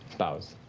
boughs.